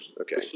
Okay